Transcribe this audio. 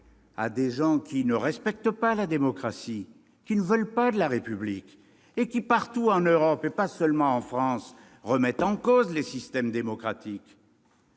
à des gens qui ne respectent pas la démocratie, qui ne veulent pas de la République et qui, non seulement en France mais partout en Europe, remettent en cause les systèmes démocratiques.